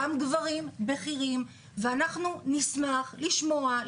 גם גברים בכירים ואנחנו נשמח לשמוע,